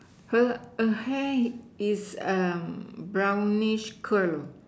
her err hair is um brownish curl